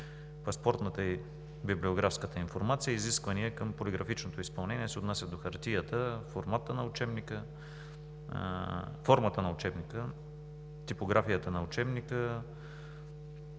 паспортната и библиографската информация. Изискванията към полиграфичното изпълнение се отнасят до: хартията; формата на учебника; типографията на учебника.